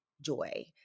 joy